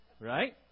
Right